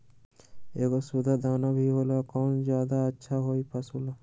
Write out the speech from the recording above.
एगो सुधा दाना भी होला कौन ज्यादा अच्छा होई पशु ला?